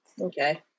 okay